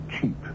cheap